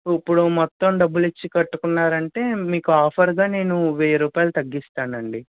ఇప్పుడు మొత్తం డబ్బులిచ్చి కట్టుకున్నారంటే మీకు ఆఫర్గా నేను వెయ్యి రూపాయలు తగ్గిస్తానండి